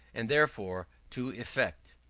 and therefore to effect.